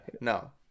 No